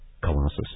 Colossus